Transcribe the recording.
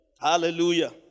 Hallelujah